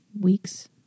weeks